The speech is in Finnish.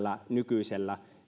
jotka tällä nykyisellä